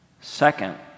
Second